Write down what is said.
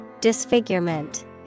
Disfigurement